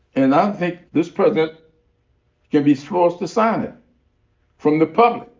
and i think this president can be forced to sign it from the public.